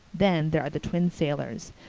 then there are the twin sailors.